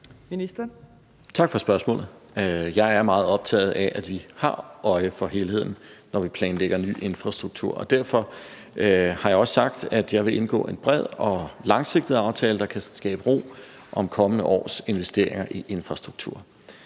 Tak for spørgsmålet. Jeg er meget optaget af, at vi har øje for helheden, når vi planlægger ny infrastruktur. Derfor har jeg også sagt, at jeg vil indgå en bred og langsigtet aftale, der kan skabe ro om kommende års investeringer i infrastruktur.